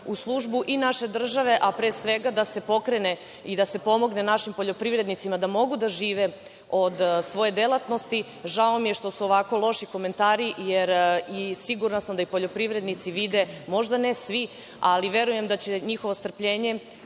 u službu i naše države, a pre svega da se pokrene i da se pomogne našim poljoprivrednicima da mogu da žive od svoje delatnost. Žao mi je što su ovako loši komentari. Sigurna sam da i poljoprivrednici vide, možda ne svi, ali verujem da će njihovo strpljenje